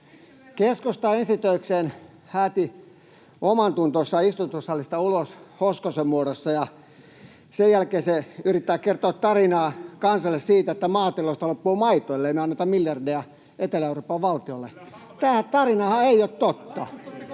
Keskusta ensi töikseen hääti omantuntonsa istuntosalista ulos Hoskosen muodossa, ja sen jälkeen se yrittää kertoa kansalle tarinaa siitä, että maatiloilta loppuu maito, ellei me anneta miljardeja Etelä-Euroopan valtioille. Tämä tarinahan ei ole totta.